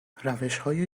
روشهای